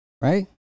right